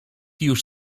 już